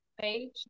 page